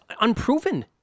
unproven